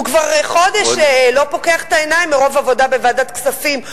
הוא כבר חודש לא פוקח את העיניים מרוב עבודה בוועדת כספים,